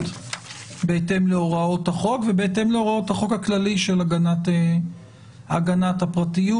בהתאם להוראות החוק ובהתאם להוראות החוק הכללי של הגנת הפרטיות.